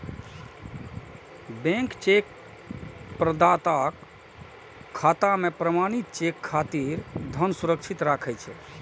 bank cheque प्रदाताक खाता मे प्रमाणित चेक खातिर धन सुरक्षित राखै छै